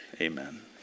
amen